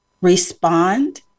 respond